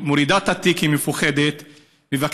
היא מורידה את התיק, היא מפוחדת.